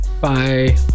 Bye